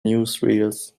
newsreels